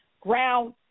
ground